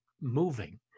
moving